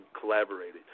collaborated